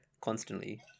constantly